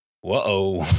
Whoa